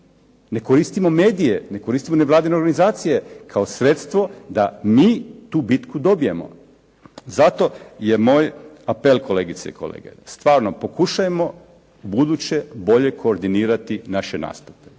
Ne koristimo medije, ne koristimo vladine organizacije kao sredstvo da mi tu bitku dobijemo. Zato je moj apel kolegice i kolege stvarno pokušajmo ubuduće bolje koordinirati naše nastupe.